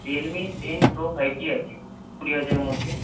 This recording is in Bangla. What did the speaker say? Realme ten pro five G আছে কুড়ি হাজারের মধ্যে